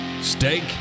steak